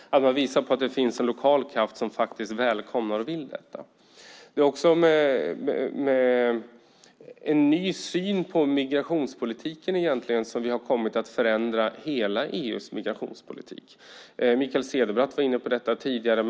Man visar att det finns en lokal kraft som faktiskt välkomnar dessa människor och vill göra detta. Det är egentligen med en ny syn på migrationspolitiken som vi har kommit att förändra hela EU:s migrationspolitik. Mikael Cederbratt var inne på detta tidigare.